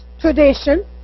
tradition